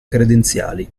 credenziali